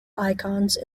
icons